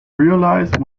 realize